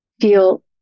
feel